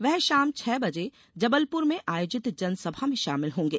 वे शाम छह बजे जबलपुर में आयोजित जनसभा में शामिल होंगे